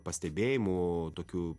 pastebėjimų tokių